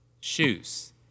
shoes